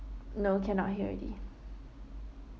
no cannot hear already